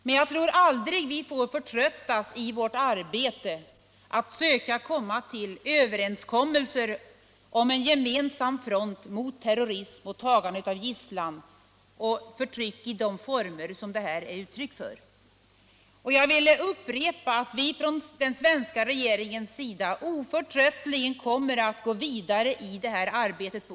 Men vi får aldrig förtröttas i vårt arbete att söka nå överenskommelser om en gemensam front mot terrorism, tagande av gisslan och förtryck i de former som nu är aktuella. Jag vill upprepa att vi från den svenska regeringens sida oförtröttligt kommer att gå vidare i det här arbetet.